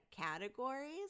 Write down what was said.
categories